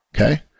Okay